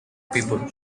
people